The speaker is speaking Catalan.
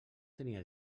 tenia